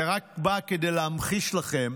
זה רק בא כדי להמחיש לכם